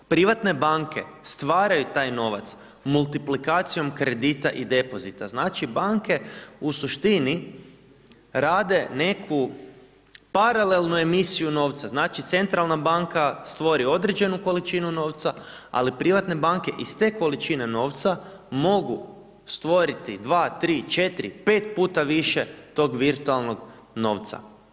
Privatne banke stvaraju taj novac multiplikacijom kredita i depozita, znači, banke u suštini rade neku paralelnu emisiju novca, znači, Centralna banka stvori određenu količinu novca, ali privatne banke iz te količine novca mogu stvoriti 2, 3, 4, 5 puta više tog virtualnog novca.